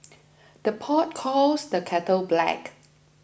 the pot calls the kettle black